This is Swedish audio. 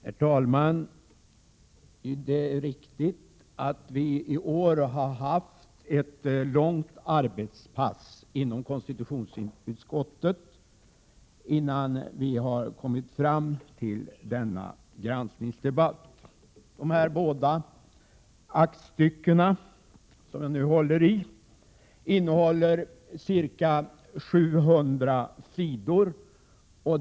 Herr talman! Det är riktigt att vi i år har haft ett långt arbetspass inom konstitutionsutskottet innan vi har kommit fram till denna granskningsdebatt. De båda aktstycken som jag nu håller i innehåller ca 700 sidor.